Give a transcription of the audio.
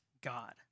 God